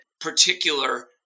particular